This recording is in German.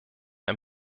ein